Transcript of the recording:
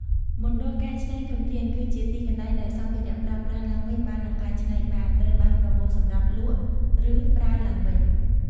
មណ្ឌលកែច្នៃធនធាន គឺជាទីន្លែងដែលសម្ភារៈប្រើប្រាស់ឡើងវិញបាននិងកែច្នៃបាន ត្រូវបានប្រមូលសម្រាប់លក់ឬប្រើឡើងវិញ។